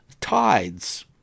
tides